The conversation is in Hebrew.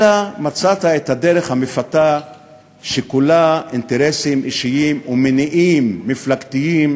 אלא מצאת את הדרך המפתה שכולה אינטרסים אישיים ומניעים מפלגתיים